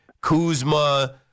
Kuzma